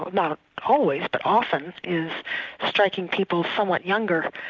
not wholly, but often is striking people somewhat younger,